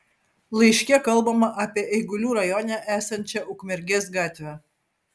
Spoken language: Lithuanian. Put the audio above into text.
laiške kalbama apie eigulių rajone esančią ukmergės gatvę